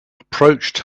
approached